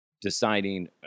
deciding